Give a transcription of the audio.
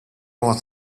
was